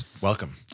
Welcome